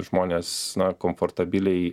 žmonės na komfortabiliai